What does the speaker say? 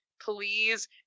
please